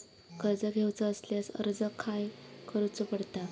कर्ज घेऊचा असल्यास अर्ज खाय करूचो पडता?